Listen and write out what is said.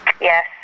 Yes